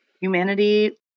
humanity